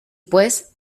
pues